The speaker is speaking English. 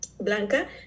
Blanca